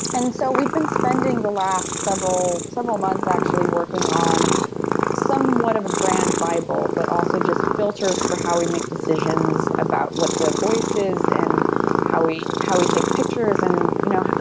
and so we've been spending the last several several months actually working on somewhat of a brand bible but also just filters for how we make decisions about what the voice is and how we how we take pictures. and you know,